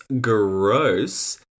Gross